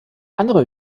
andere